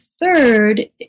third